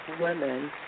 women